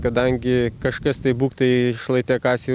kadangi kažkas tai būk tai šlaite kasė